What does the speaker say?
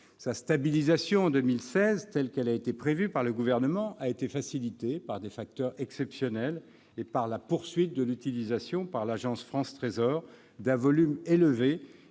Sa stabilisation en 2016, telle qu'elle a été prévue par le Gouvernement, a été facilitée par des facteurs exceptionnels et par la poursuite de l'utilisation, par l'Agence France Trésor, d'un volume élevé